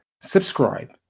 subscribe